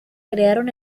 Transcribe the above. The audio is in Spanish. crearon